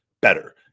better